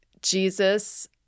Jesus